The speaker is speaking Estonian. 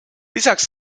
lisaks